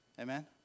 Amen